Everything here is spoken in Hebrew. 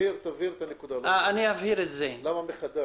אני אבהיר את הנקודה,